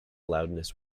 loudness